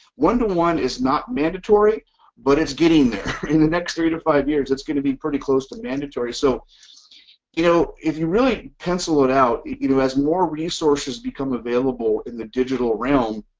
one to one is not mandatory but it's getting there. in the next three to five years it's going to be pretty close to mandatory. so you know if you really pencil it out, you know as more resources become available in the digital realm,